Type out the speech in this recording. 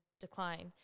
decline